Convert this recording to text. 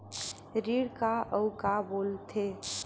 ऋण का अउ का बोल थे?